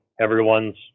everyone's